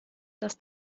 dass